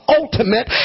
ultimate